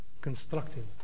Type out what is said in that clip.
constructive